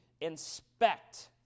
inspect